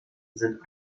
sind